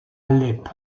alep